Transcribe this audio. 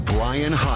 Brian